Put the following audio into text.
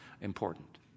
important